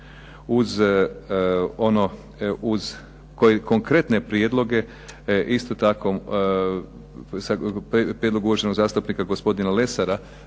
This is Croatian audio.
uz konkretne prijedloge isto tako prijedlog uvaženog zastupnika gospodina Lesara